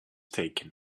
taken